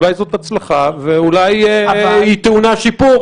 אולי זאת הצלחה ואולי היא טעונה שיפור,